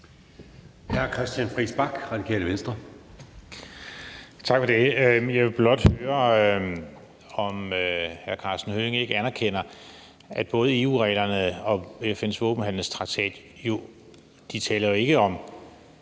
Jeg vil blot høre, om hr. Karsten Hønge ikke anerkender, at både EU-reglerne og FN's våbenhandelstraktat jo ikke